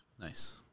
Nice